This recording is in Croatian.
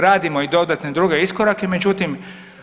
Radimo i dodatne druge iskorake međutim